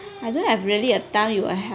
I don't have really a time you were helped